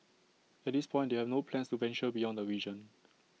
at this point they have no plans to venture beyond the region